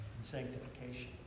sanctification